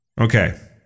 Okay